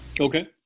Okay